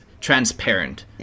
transparent